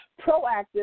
proactive